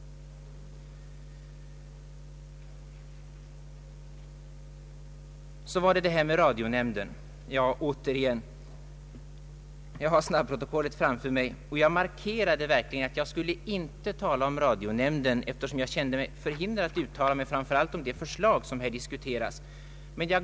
Så var det åter detta med radionämnden. Jag har snabbprotokollet framför mig, och jag markerade verkligen att jag inte skulle tala om radionämnden eftersom jag kände mig förhindrad att uttala mig framför allt om de förslag som här diskuteras med anledning av en motion från moderat håll.